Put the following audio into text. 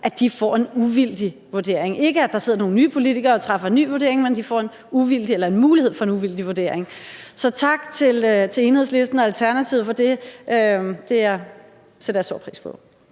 får en uvildig vurdering. Det betyder ikke, at der sidder nogle nye politikere, som giver en ny vurdering, men de får en mulighed for en uvildig vurdering. Tak til Enhedslisten og Alternativet for det. Det sætter jeg stor pris på.